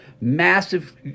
massive